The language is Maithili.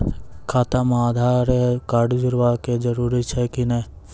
खाता म आधार कार्ड जोड़वा के जरूरी छै कि नैय?